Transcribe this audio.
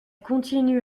continue